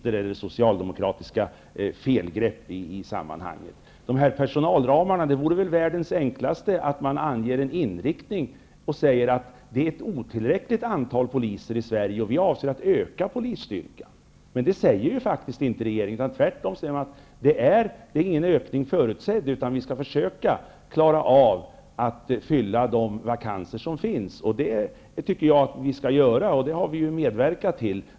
Det vore väl världens enklaste sak att ange en inriktning för personalramarna genom att säga att antalet poliser i Sverige är otillräckligt och att man har för avsikt att öka polisstyrkan. Men det säger inte regeringen. Tvärtom säger man att det inte är någon ökning förutsedd och att man skall försöka att täcka de vakanser som finns. Det skall man göra och det har Socialdemokraterna medverkat till.